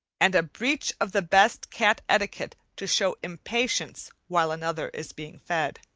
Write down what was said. and a breach of the best cat-etiquette to show impatience while another is being fed.